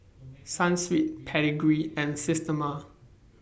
Sunsweet Pedigree and Systema